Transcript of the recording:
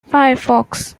firefox